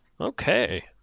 Okay